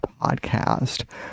podcast